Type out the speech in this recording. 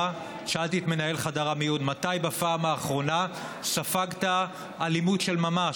שאלתי את מנהל חדר המיון: מתי בפעם האחרונה ספגת אלימות של ממש,